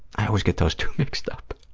i always get those two mixed up.